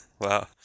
Wow